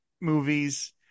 movies